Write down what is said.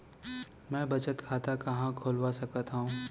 मै बचत खाता कहाँ खोलवा सकत हव?